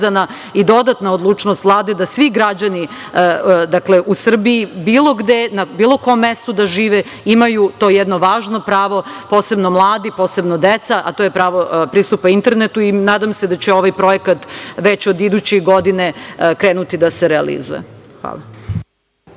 i dodatna odlučnost Vlade da svi građani u Srbiji bilo gde, na bilo kom mestu da žive, imaju to jedno važno pravo, posebno mladi, posebno deca, a to je pravo pristupa internetu i nadam se da će ovaj projekat već od iduće godine krenuti da se realizuje. Hvala.